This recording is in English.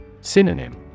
Synonym